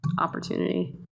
opportunity